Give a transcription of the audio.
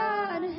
God